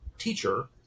Teacher